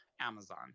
amazon